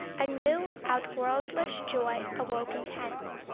a new, outworldish joy awoke intense,